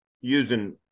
using